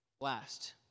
last